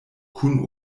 kun